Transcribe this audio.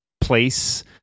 place